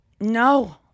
No